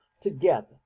together